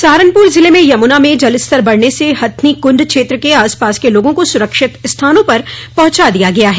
सहारनपुर जिले में यमुना में जलस्तर बढ़ने से हथनीकुंड क्षेत्र के आसपास के लोगों को सुरक्षित स्थानों पर पहुंचा दिया गया है